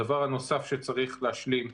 הדבר הנוסף שצריך להשלים,